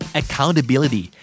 accountability